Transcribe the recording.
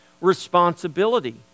responsibility